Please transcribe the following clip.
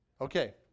Okay